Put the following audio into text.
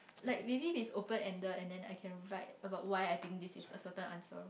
like maybe it's open ended and then I can write about why I think this is a certain answer